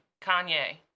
Kanye